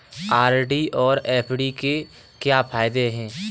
RD और FD के क्या फायदे हैं?